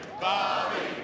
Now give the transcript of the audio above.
Bobby